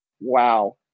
wow